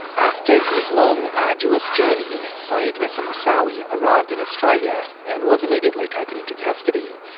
after his long, arduous journey, sayed reza moosawi arrived in australia and was immediately taken into custody.